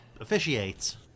officiates